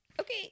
Okay